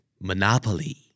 Monopoly